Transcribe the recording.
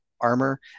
armor